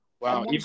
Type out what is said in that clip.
Wow